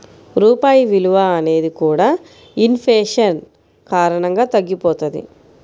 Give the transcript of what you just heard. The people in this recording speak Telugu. రూపాయి విలువ అనేది కూడా ఇన్ ఫేషన్ కారణంగా తగ్గిపోతది